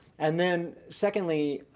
and then, secondly,